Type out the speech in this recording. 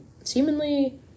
seemingly